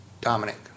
Dominic